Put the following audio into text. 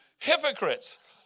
Hypocrites